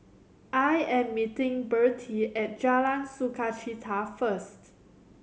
I am meeting Bertie at Jalan Sukachita first